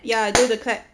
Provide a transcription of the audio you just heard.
ya I do the clap